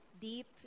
deep